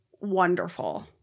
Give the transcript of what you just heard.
wonderful